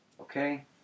Okay